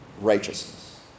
righteousness